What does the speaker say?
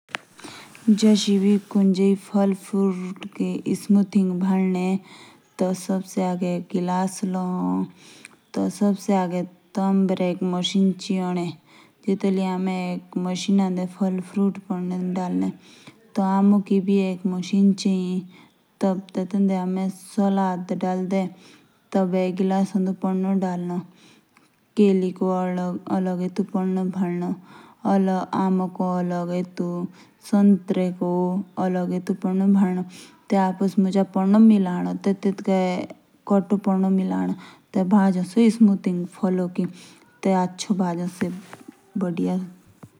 जेएस किसी फालतू की स्मिथिंग बैडने। टी एक गिलास लाओ। ते हमू बेर एक मशीन चाय होदे जाति दे हमे फल फल दाल ले। टेटुक अलग अलग पड़ी बदनो। केले को अलग आम को अलग।